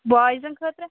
بوایِزَن خٲطرٕ